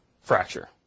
fracture